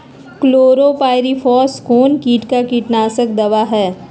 Chlorpyrifos कौन किट का कीटनाशक दवा है?